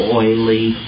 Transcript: oily